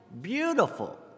beautiful